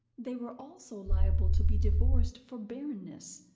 they were also liable to be divorced for barrenness,